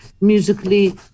musically